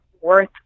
worth